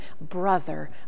brother